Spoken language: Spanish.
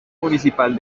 municipal